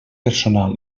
personal